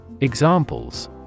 Examples